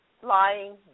flying